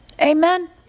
Amen